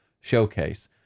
showcase